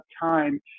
time